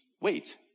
wait